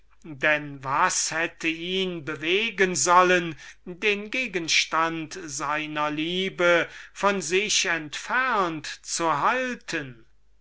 denn was hätte ihn bewegen sollen den gegenstand seiner liebe von sich entfernt zu halten